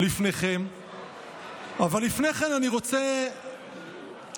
אבל לפני כן אני רוצה להתריע,